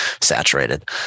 saturated